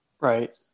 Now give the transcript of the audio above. Right